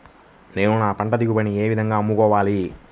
నేను నా పంట దిగుబడిని ఏ విధంగా అమ్ముకోవాలి?